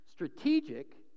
strategic